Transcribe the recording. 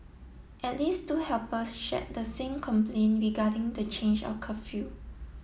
at least two helpers shared the same complain regarding the change of curfew